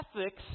ethics